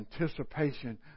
anticipation